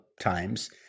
times